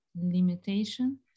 limitation